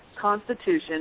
constitution